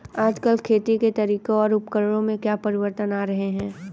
आजकल खेती के तरीकों और उपकरणों में क्या परिवर्तन आ रहें हैं?